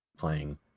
playing